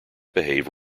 behave